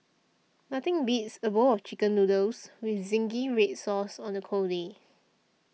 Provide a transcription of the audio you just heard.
nothing beats a bowl of Chicken Noodles with Zingy Red Sauce on a cold day